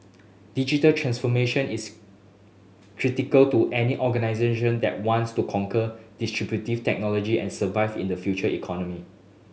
digital transformation is critical to any organisation that wants to conquer disruptive technology and survive in the future economy